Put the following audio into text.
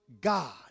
God